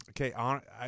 okay